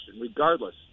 regardless